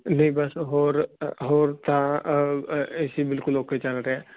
ਨਹੀਂ ਬਸ ਹੋਰ ਤਾਂ ਅਸੀਂ ਬਿਲਕੁਲ ਓਕੇ ਚੱਲ ਰਿਹਾ